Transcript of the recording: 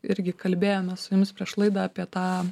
irgi kalbėjome su jumis prieš laidą apie tą